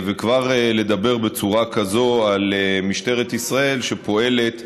וכבר לדבר בצורה כזאת על משטרת ישראל, שפועלת,